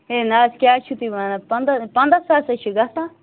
ہے نہَ حظ کیاہ حظ چھو تُہۍ وَنان پنٛداہ پنٛداہ ساس ہَے چھِ گژھان